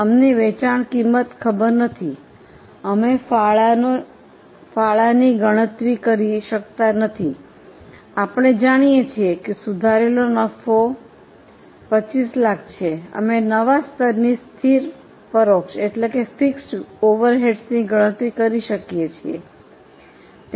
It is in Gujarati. અમને વેચાણ કિંમત ખબર નથી અમે ફાળાની ગણતરી કરી શકતા નથી આપણે જાણીએ છીએ કે સુધારેલો નફો 2500000 છે અમે નવા સ્તરની સ્થિર પરોક્ષ ગણતરી કરી શકીએ છીએ